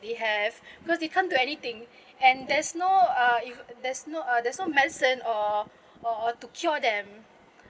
they have because you can't do anything and there's no uh if there's no uh there's no medicine or or to cure them